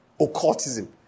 occultism